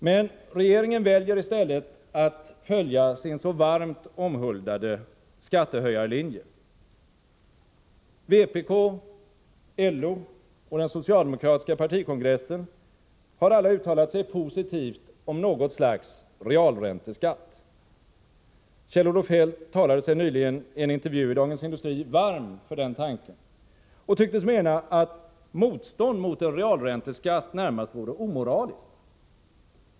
Men regeringen väljer i stället att följa sin så omhuldade skattehöjarlinje. Vpk, LO och den socialdemokratiska partikongressen har alla uttalat sig positivt om något slags realränteskatt. Kjell-Olof Feldt talade sig nyligen i en intervju i Dagens Industri varm för tanken och tycktes mena att motstånd mot en realränteskatt närmast vore omoraliskt.